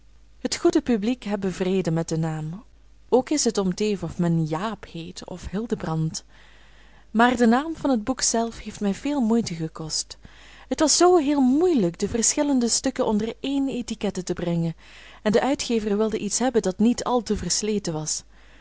het goede publiek hebbe vrede met den naam ook is het om t even of men jaap heet of hildebrand maar de naam van het boekzelf heeft mij veel moeite gekost het was zoo heel moeielijk de verschillende stukken onder één etiquette te brengen en de uitgever wilde iets hebben dat niet al te versleten was